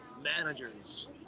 managers